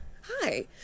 Hi